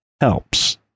helps